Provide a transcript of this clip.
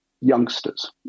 youngsters